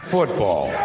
Football